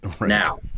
now